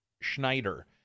Schneider